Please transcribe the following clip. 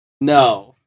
no